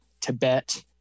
Tibet